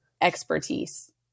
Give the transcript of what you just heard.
expertise